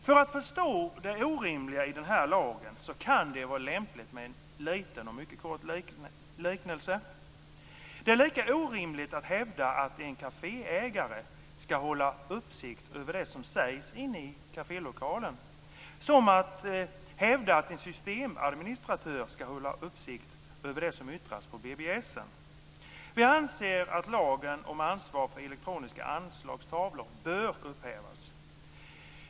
För att förstå det orimliga i den här lagen kan det vara lämpligt med en liten och mycket kort liknelse. Det är lika orimligt att hävda att en kaféägare ska hålla uppsikt över det som sägs inne i kafélokalen som att hävda att en systemadministratör ska hålla uppsikt över det som yttras på BBS:en. Vi anser att lagen om ansvar för elektroniska anslagstavlor bör upphävas.